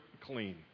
clean